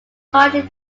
hardly